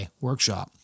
workshop